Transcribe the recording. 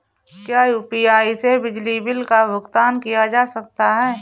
क्या यू.पी.आई से बिजली बिल का भुगतान किया जा सकता है?